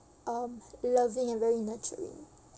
um loving and very nurturing